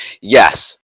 Yes